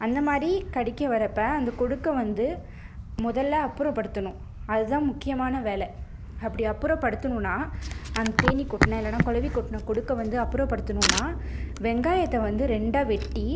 அந்தமாதிரி கடிக்க வர்றப்ப அந்த கொடுக்கை வந்து முதல்ல அப்புறப்படுத்தணும் அது தான் முக்கியமான வேலை அப்படி அப்புறப்படுத்தணும்னால் அந்த தேனீ கொட்டின இல்லைன்னா குளவி கொட்டின கொடுக்கை வந்து அப்புறப்படுத்தணும்னால் வெங்காயத்தை வந்து ரெண்டாக வெட்டி